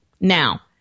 Now